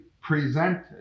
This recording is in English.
presented